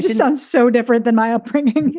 just not so different than my upbringing. yeah,